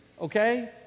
Okay